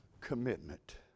commitment